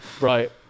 Right